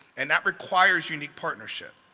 and that requires unique partnership.